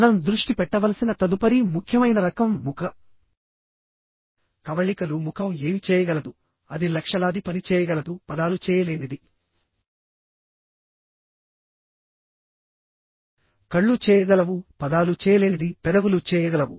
మనం దృష్టి పెట్టవలసిన తదుపరి ముఖ్యమైన రకం ముఖ కవళికలు ముఖం ఏమి చేయగలదు అది లక్షలాది పని చేయగలదు పదాలు చేయలేనిది కళ్ళు చేయగలవు పదాలు చేయలేనిది పెదవులు చేయగలవు